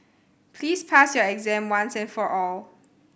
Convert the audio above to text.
please pass your exam once and for all